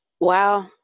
Wow